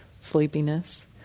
sleepiness